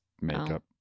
makeup